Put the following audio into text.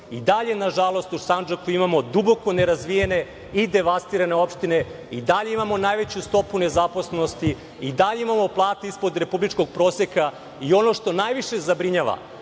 i dalje u Sandžaku imamo duboko nerazvijene i devastirane opštine, i dalje imamo najveću stopu nezaposlenosti, i dalje imamo plate ispod republičkog proseka. Ono što najviše zabrinjava,